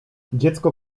dziecko